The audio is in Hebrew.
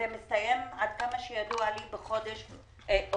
הסתיימה, עד כמה שידוע לי, בחודש אוגוסט.